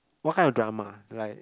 what kind of drama like